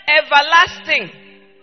everlasting